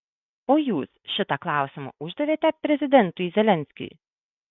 o jūs šitą klausimą uždavėte prezidentui zelenskiui